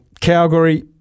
Calgary